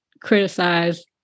criticize